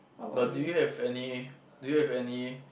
but do you have any do you have any